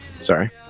Sorry